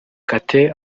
kate